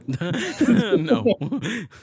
no